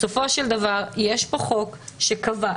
בסופו של דבר, יש חוק שקבע.